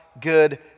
good